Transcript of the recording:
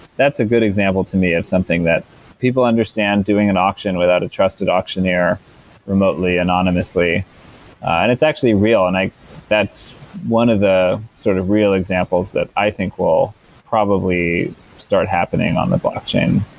that's a good example to me of something that people understand doing an auction without a trusted auctioneer remotely unanimously and it's actually real and that's one of the sort of real examples that i think will probably start happening on the blockchain.